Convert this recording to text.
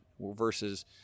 versus